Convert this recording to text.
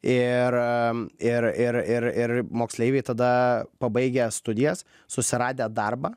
ir ir ir ir ir moksleiviai tada pabaigę studijas susiradę darbą